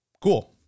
Cool